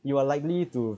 you are likely to